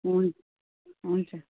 हुन्छ हुन्छ